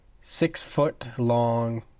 six-foot-long